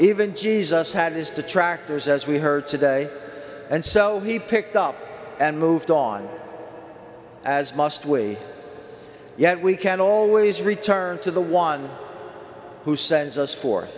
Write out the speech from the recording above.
even jesus had his detractors as we heard today and so he picked up and moved on as must we yet we can always return to the one who sends us for